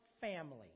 family